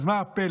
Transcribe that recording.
אז מה הפלא